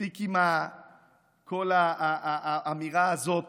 מספיק עם כל האמירה הזאת